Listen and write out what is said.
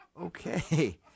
Okay